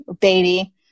baby